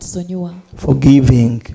Forgiving